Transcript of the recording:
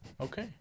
Okay